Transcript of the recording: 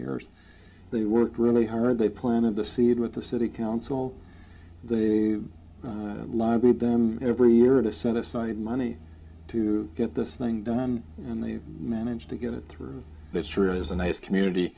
years they worked really heard they planted the seed with the city council they lived with them every year to set aside money to get this thing done and they managed to get it through that sure is a nice community